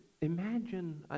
imagine